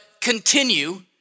continue